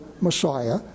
Messiah